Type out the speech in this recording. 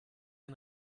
ein